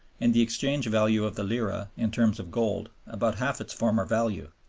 and the exchange value of the lira in terms of gold about half its former value.